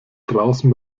draußen